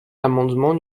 l’amendement